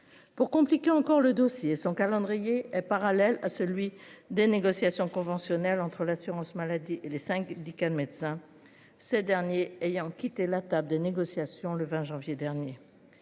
Pour compliquer encore le dossier son calendrier est parallèle à celui des négociations conventionnelles entre l'assurance maladie et les cinq Dukan médecin, ce dernier ayant quitté la table de négociation, le 20 janvier dernier.